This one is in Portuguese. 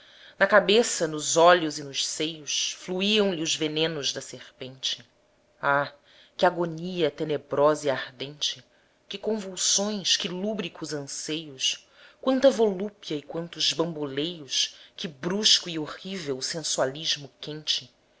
na cabeça nos olhos e nos seios fluíam lhe os venenos da serpente ah que agonia tenebrosa e ardente que convulsões que lúbricos anseios quanta volúpia e quantos bamboleios que brusco e horrível sensualismo quente